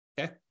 Okay